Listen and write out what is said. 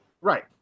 right